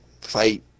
fight